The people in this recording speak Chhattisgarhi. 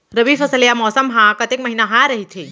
रबि फसल या मौसम हा कतेक महिना हा रहिथे?